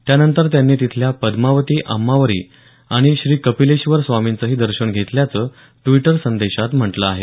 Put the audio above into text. त्यानंतर त्यांनी तिथल्या पदमावती अम्मावरी आणि श्री कपिलेश्वर स्वामींचंही दर्शन घेतल्याचं द्विटर संदेशात म्हटलं आहे